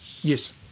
Yes